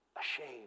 ashamed